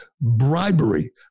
bribery